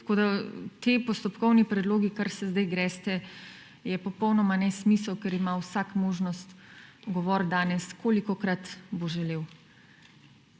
Tako ti postopkovni predlogi, kar se sedaj greste, je popolnoma nesmisel, ker ima vsak možnost govoriti danes, kolikokrat bo želel.